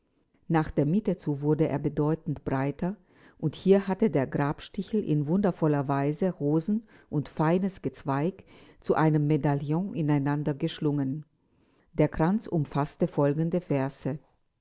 nach der mitte zu wurde er bedeutend breiter und hier hatte der grabstichel in wundervoller weise rosen und feines gezweig zu einem medaillon ineinander geschlungen der kranz umfaßte folgende verse